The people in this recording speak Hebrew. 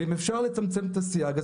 אם אפשר לצמצם את הסייג,